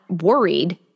worried